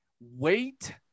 wait